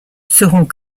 seront